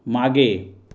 मागे